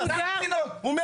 שב"ס.